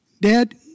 Dad